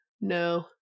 no